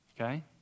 Okay